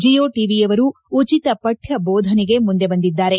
ಜಯೋ ಟಿವಿಯವರು ಉಚಿತ ಪಠ್ಕ ಬೋಧನೆಗೆ ಮುಂದೆ ಬಂದಿದ್ದಾರೆ